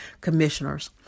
commissioners